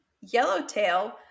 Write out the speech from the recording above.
yellowtail